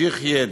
חאג' יחיא,